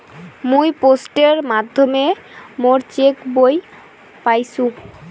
মুই পোস্টের মাধ্যমে মোর চেক বই পাইসু